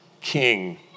king